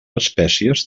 espècies